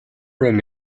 room